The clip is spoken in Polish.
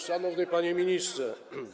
Szanowny Panie Ministrze!